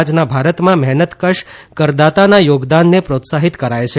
આજના ભારતમાં મહેનતકશ કરદાતાના યોગદાનને પ્રોત્સાહિત કરાય છે